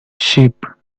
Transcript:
sheep